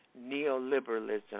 neoliberalism